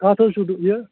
کَتھ حظ چھُو یہِ